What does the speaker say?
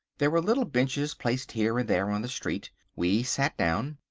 there were little benches placed here and there on the street. we sat down.